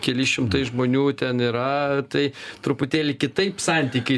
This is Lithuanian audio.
keli šimtai žmonių ten yra tai truputėlį kitaip santykiai